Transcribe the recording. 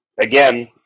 again